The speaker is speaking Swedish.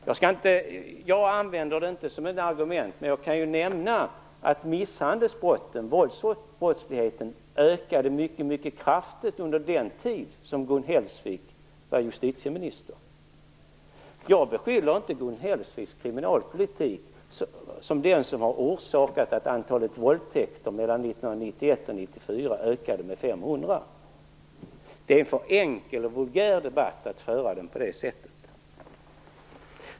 Jag kan nämna - utan att använda detta som ett argument - att våldsbrottsligheten ökade mycket kraftigt under den tid då Gun Hellsvik var justitieminister. Jag beskyller inte Gun Hellsviks kriminalpolitik för att vara orsaken till att antalet våldtäkter mellan 1991 och 1994 ökade med 500. Det är för enkelt och vulgärt att föra debatten på det sättet.